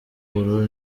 ubururu